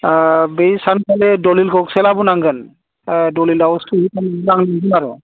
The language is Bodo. बे सानखालि दलिल गांसे लाबोनांगोन ओ दलिल